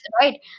Right